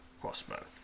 crossbow